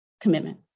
commitment